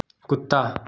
कुत्ता